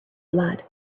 blood